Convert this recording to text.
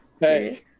Hey